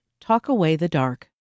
talkawaythedark